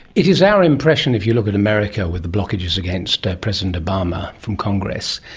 it is our impression, if you look at america with the blockages against president obama from congress,